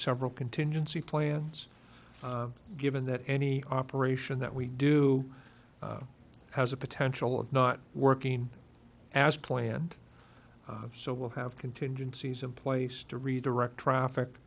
several contingency plans given that any operation that we do has a potential of not working as planned so we'll have contingencies in place to redirect traffic